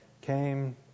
came